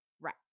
Right